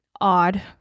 odd